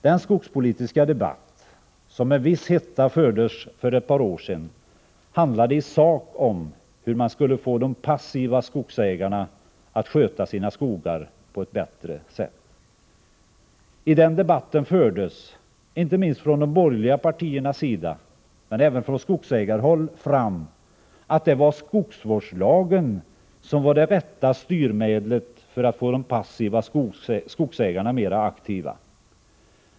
Den skogspolitiska debatt som med viss hetta fördes för ett par år sedan handlade i allt väsentligt om hur man skulle få de passiva skogsägarna att sköta sina skogar på ett bättre sätt. I den debatten fördes — inte minst från de borgerliga partiernas sida men även från skogsägarnas håll — fram att det var skogsvårdslagen som var det rätta styrmedlet för att få de passiva skogsägarna mer aktiva.